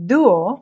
Duo